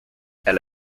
elle